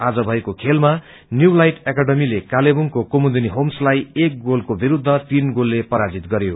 आज भएको खेलामा न्यू लाईट अबकादमीले कालेबुङको कुमुदुनी होमसलाइ एक गोलको विरूद्वतीन गोलले पराजित गरयो